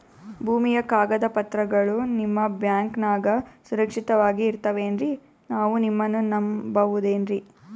ಭೂಮಿಯ ಕಾಗದ ಪತ್ರಗಳು ನಿಮ್ಮ ಬ್ಯಾಂಕನಾಗ ಸುರಕ್ಷಿತವಾಗಿ ಇರತಾವೇನ್ರಿ ನಾವು ನಿಮ್ಮನ್ನ ನಮ್ ಬಬಹುದೇನ್ರಿ?